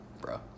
bro